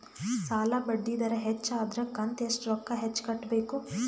ಸಾಲಾ ಬಡ್ಡಿ ದರ ಹೆಚ್ಚ ಆದ್ರ ಕಂತ ಎಷ್ಟ ರೊಕ್ಕ ಹೆಚ್ಚ ಕಟ್ಟಬೇಕು?